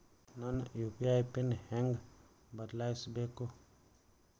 ನನ್ನ UPI PIN ಹೆಂಗ್ ಬದ್ಲಾಯಿಸ್ಬೇಕು?